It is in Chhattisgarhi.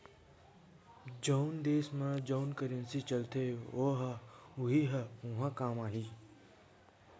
जउन देस म जउन करेंसी चलथे ओ ह उहीं ह उहाँ काम आही